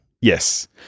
Yes